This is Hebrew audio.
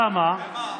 למה?